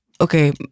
okay